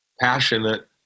passionate